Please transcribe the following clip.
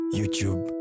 Youtube